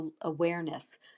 awareness